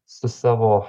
su savo